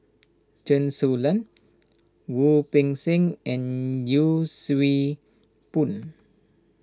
Chen Su Lan Wu Peng Seng and Yee Siew Pun